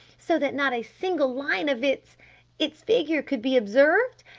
so that not a single line of its its figure could be observed.